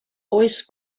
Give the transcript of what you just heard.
oes